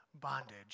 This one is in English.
bondage